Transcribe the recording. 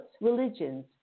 religions